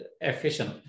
efficient